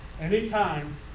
Anytime